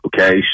Okay